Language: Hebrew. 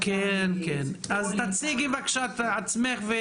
תציגי בבקשה את עצמך.